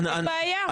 אין בעיה.